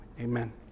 Amen